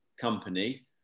company